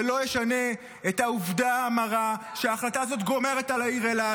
זה לא ישנה את העובדה המרה שההחלטה הזאת גומרת על העיר אילת,